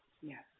Yes